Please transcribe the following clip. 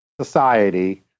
society